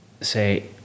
say